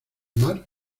mar